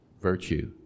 virtue